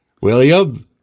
William